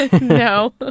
No